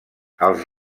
els